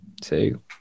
two